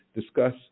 discuss